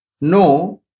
No